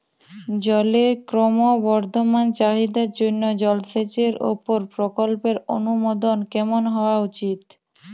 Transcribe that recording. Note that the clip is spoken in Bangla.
জলের ক্রমবর্ধমান চাহিদার জন্য জলসেচের উপর প্রকল্পের অনুমোদন কেমন হওয়া উচিৎ?